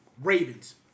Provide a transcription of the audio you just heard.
Ravens